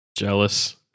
Jealous